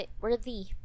worthy